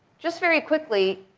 just very quickly,